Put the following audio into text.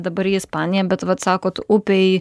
dabar į ispaniją bet vat sakot upėj